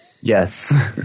Yes